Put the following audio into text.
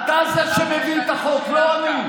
אתה זה שמבין את החוק, לא אני.